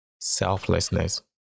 selflessness